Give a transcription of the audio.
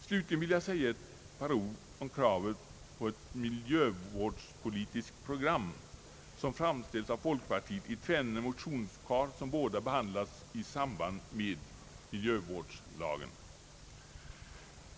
Slutligen vill jag säga några ord om kravet på ett miljövårdspolitiskt program, framställt av folkpartiet i tvenne motionspar som båda behandlas i samband med miljöskyddslagen.